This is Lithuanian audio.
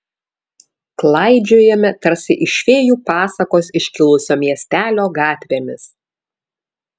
klaidžiojame tarsi iš fėjų pasakos iškilusio miestelio gatvėmis